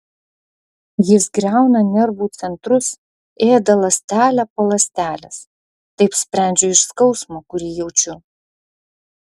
jis griauna nervų centrus ėda ląstelę po ląstelės taip sprendžiu iš skausmo kurį jaučiu